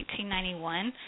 1891